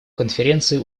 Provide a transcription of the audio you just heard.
конференции